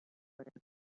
порядке